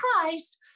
Christ